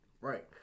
Right